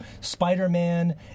Spider-Man